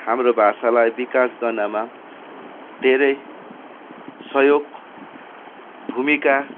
हाम्रो भाषालाई विकास गर्नमा धेरै सहयोग भूमिका